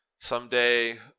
Someday